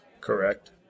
Correct